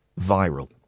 viral